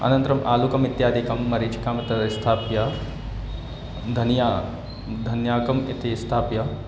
अनन्तरम् आलुकम् इत्यादिकं मरीचिकां तद् स्थाप्य धनिया धान्यकम् इति स्थाप्य